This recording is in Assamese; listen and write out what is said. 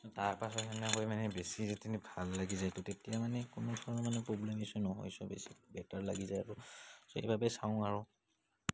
তাৰ পাছত সেনেকৈ মানে বেছি যদি ভাল লাগি যায় তো তেতিয়া মানে কোনো ধৰণৰ মানে প্ৰব্লেম ইচ্ছ্যু নহয় চ' বেছি বেটাৰ লাগি যায় আৰু চ' এইবাবে চাওঁ আৰু